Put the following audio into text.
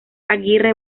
aguirre